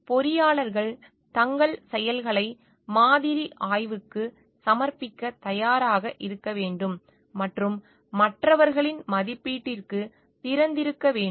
பொறியாளர்கள் தங்கள் செயல்களை மாதிரி ஆய்வுக்கு சமர்ப்பிக்க தயாராக இருக்க வேண்டும் மற்றும் மற்றவர்களின் மதிப்பீட்டிற்கு திறந்திருக்க வேண்டும்